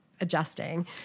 adjusting